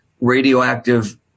radioactive